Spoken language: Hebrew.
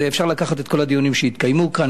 אז אפשר לקחת את כל הדיונים שהתקיימו כאן,